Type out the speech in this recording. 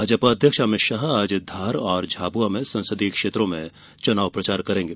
भाजपा अध्यक्ष अमित शाह आज धार और झाबुआ संसदीय क्षेत्रों में चुनाव प्रचार करेंगे